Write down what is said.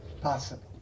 possible